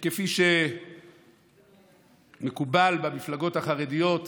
כפי שמקובל במפלגות החרדיות,